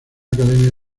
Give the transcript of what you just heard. academia